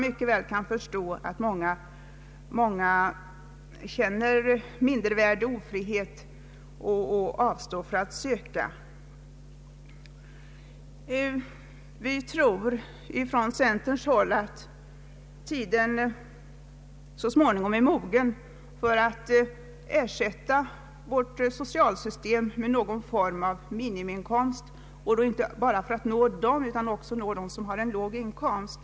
Många känner därför mindervärde och ofrihet och avstår från att söka hjälp. Vi tror från centerns håll att tiden så småningom blir mogen för att ersätta vårt socialsystem med någon form av minimiinkomst. Med ett sådant system kunde man också nå dem som har en låg inkomst.